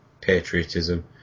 patriotism